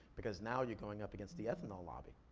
because now you're going up against the ethanol lobby.